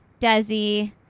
Desi